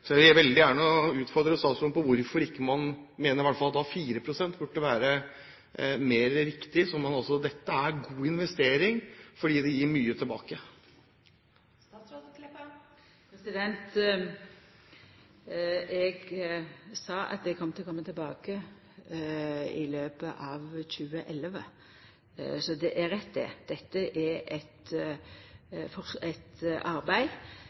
Jeg vil veldig gjerne utfordre statsråden på hvorfor man ikke mener at 4 pst. er mer riktig. Dette er god investering fordi det gir mye tilbake. Eg sa at eg kjem til å koma tilbake i løpet av 2011. Så det er rett, dette er eit arbeid som er i sluttfasen. Det blir gjort fleire analysar, det blir sett i gang ein annen type arbeid